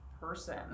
person